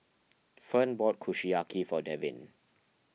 Fern bought Kushiyaki for Devin